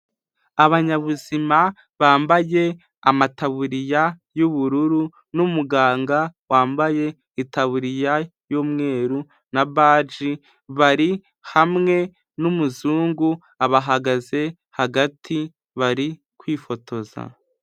Abanyabuzima bambaye amataburiya y'ubururu, n'umuganga wambaye itaburiya y'umweru na baji, bari hamwe n'umuzungu abahagaze hagati, bari kwifotoza.